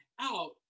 out